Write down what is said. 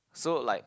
so like